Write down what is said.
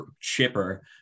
chipper